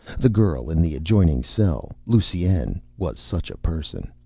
the girl in the adjoining cell, lusine, was such a person.